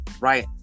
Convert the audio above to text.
right